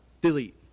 Delete